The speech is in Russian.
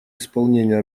исполнению